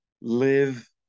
live